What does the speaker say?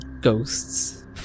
ghosts